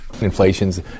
Inflation's